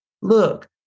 Look